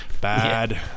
bad